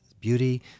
beauty